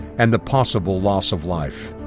and the possible loss of life.